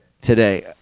today